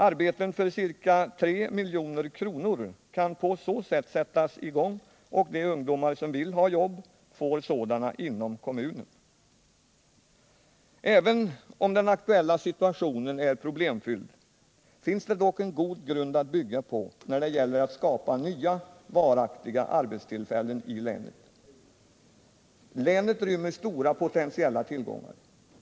Arbeten för ca 3 milj.kr. kan på så sätt sättas i gång, och de ungdomar som vill ha jobb får sådana inom kommunen. Även om den aktuella situationen är problemfylld finns det dock en god grund att bygga på när det gäller att skapa nya varaktiga arbetstillfällen i länet. Länet rymmer stora potentiella tillgångar.